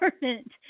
government